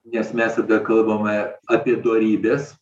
nes mes tada kalbame apie dorybes